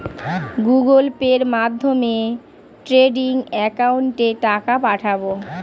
Google পের মাধ্যমে trading একাউন্টে টাকা পাঠাবো?